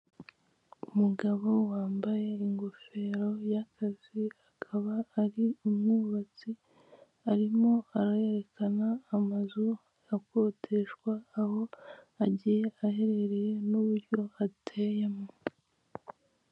Umugabo wambaye ingofero y'akazi akaba ari umwubatsi arimo arerekana amazu akodeshwa aho agiye aherereye n'uburyo ateyemo.